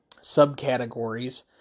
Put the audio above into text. subcategories